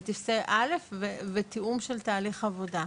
בטפסי א' ותיאום של תהליך עבודה.